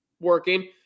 working